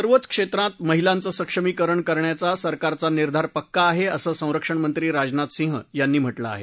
सर्वच क्षेत्रांत महिलाचं सक्षमीकरण करण्याचा सरकारचा निर्धार पक्का आहे असं संरक्षण मंत्री राजनाथ सिंह यांनी म्हटलं आहे